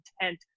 intent